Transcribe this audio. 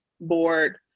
board